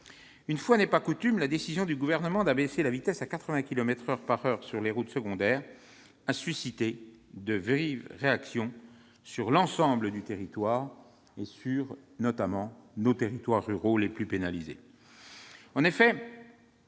Une fois n'est pas coutume, la décision du Gouvernement d'abaisser la vitesse à 80 kilomètres par heure sur les routes secondaires a suscité de vives réactions sur l'ensemble du territoire, en particulier dans les territoires ruraux, les plus pénalisés. En effet,